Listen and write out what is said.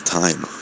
time